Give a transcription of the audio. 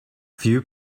few